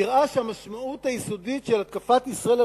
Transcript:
נראה שהמשמעות היסודית של התקפת ישראל על